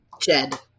jed